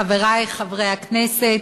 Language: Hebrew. חברי חברי הכנסת,